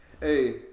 Hey